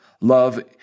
Love